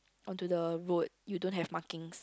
on to the road you don't have markings